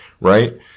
Right